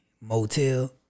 Motel